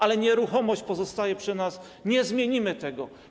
Ale nieruchomość pozostaje przy nas, nie zmienimy tego.